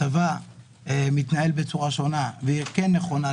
הצבא מתנהל בצורה שונה, לדעתי כן נכונה,